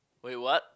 what you what